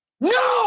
no